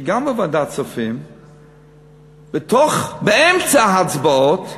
שגם בוועדת הכספים באמצע ההצבעות